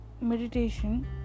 meditation